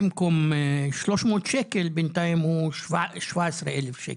ובמקום 300 שקלים בינתיים הוא 17,000 שקלים.